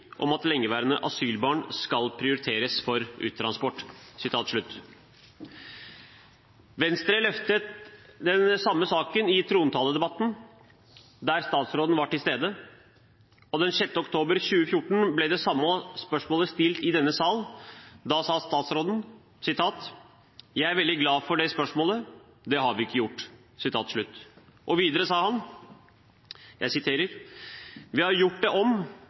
om at lengeværende asylbarn skal prioriteres for uttransport.» Venstre løftet den samme saken i trontaledebatten, der statsråden var til stede, og den 6. oktober 2014 ble det samme spørsmålet stilt i denne salen. Da sa statsråden: «Jeg er veldig glad for det spørsmålet – det har vi ikke gjort.» Og videre sa han: «Vi har gjort det om,